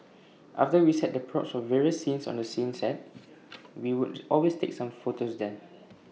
after we set the props for various scenes on the scenes set we would always take some photos there